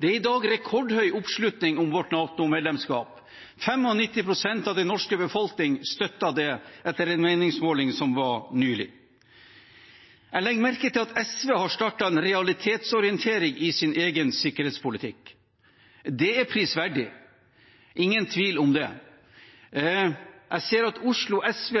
Det er i dag rekordhøy oppslutning om vårt NATO-medlemskap. 95 pst. av den norske befolkningen støtter det, ifølge en meningsmåling nylig. Jeg legger merke til at SV har startet en realitetsorientering i sin egen sikkerhetspolitikk. Det er prisverdig, det ingen tvil om det. Jeg ser at Oslo SV